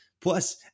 Plus